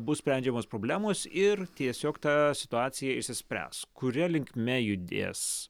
bus sprendžiamos problemos ir tiesiog ta situacija išsispręs kuria linkme judės